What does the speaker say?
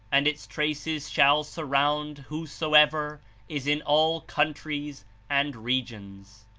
and its traces shall surround whosoever is in all countries and regions.